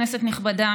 כנסת נכבדה,